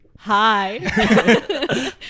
hi